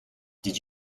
did